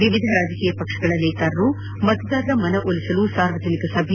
ವಿವಿಧ ರಾಜಕೀಯ ಪಕ್ಷಗಳ ನೇತಾರರು ಮತದಾರರ ಮನವೊಲಿಸಲು ಸಾರ್ವಜನಿಕ ಸಭೆ